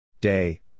Day